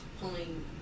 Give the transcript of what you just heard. pulling